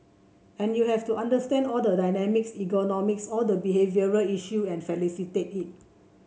and you have to understand all the dynamics ergonomics all the behavioural issue and facilitate it